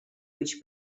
which